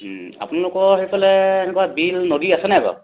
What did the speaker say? আপোনালোকৰ সেইফালে এনেকুৱা বিল নদী আছেনে বাৰু